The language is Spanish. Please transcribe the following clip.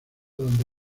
donde